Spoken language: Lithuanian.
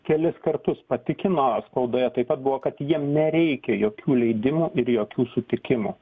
kelis kartus patikino spaudoje taip pat buvo kad jiem nereikia jokių leidimų ir jokių sutikimų